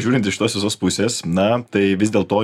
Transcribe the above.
žiūrint iš tos visos pusės na tai vis dėl to